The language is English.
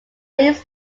least